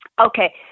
okay